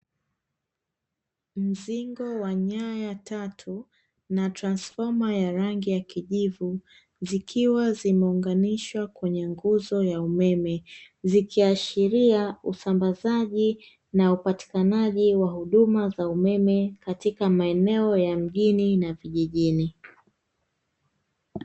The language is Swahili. Mzingo wa nyaya tatu na transfoma ya rangi ya kijivu, zikiwa zimeunganishwa kwenye nguzo ya umeme, zikiashiria usambazaji na upatikanaji wa huduma za umeme katika maeneo ya mjini na vijijini.